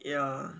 ya